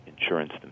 insurance